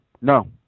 No